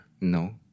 No